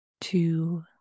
Two